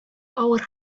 авыр